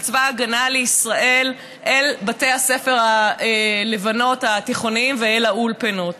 של צבא ההגנה לישראל אל בתי הספר התיכוניים לבנות ואל האולפנות.